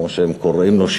כמו שהם קוראים לו,